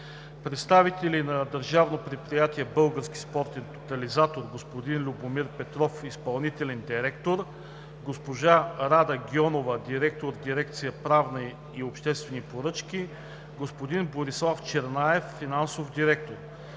представители на Държавно предприятие „Български спортен тотализатор“ – господин Любомир Петров – изпълнителен директор, госпожа Рада Гьонова – директор на дирекция „Правна и обществени поръчки“, и господин Борислав Чернаев – финансов директор.